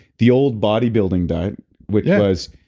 the old bodybuilding diet which was,